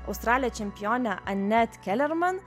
australė čempionė anet kelerman